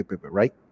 Right